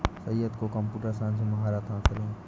सैयद को computer science में महारत हासिल है